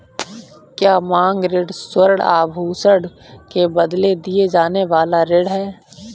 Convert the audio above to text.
क्या मांग ऋण स्वर्ण आभूषण के बदले दिया जाने वाला ऋण है?